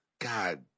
God